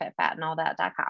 FitFatAndAllThat.com